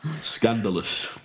scandalous